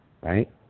right